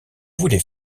voulez